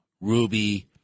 Ruby